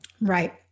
Right